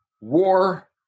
war